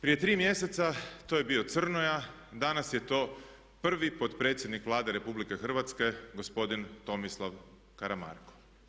Prije tri mjeseca to je bio Crnoja, danas je to prvi potpredsjednik Vlade RH gospodin Tomislav Karamarko.